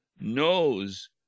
knows